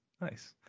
nice